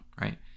right